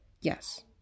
Yes